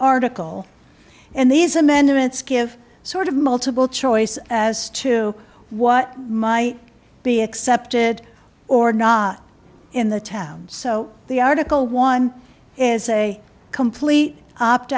article and these amendments give sort of multiple choice as to what might be accepted or not in the town so the article one is a complete opt